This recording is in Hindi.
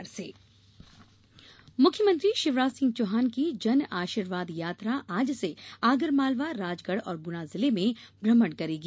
जन आशीर्वाद यात्रा मुख्यमंत्री शिवराज सिंह चौहान की जन आशीर्वाद यात्रा आज से आगरमालवा राजगढ़ और गुना जिले में भ्रमण करेगी